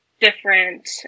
different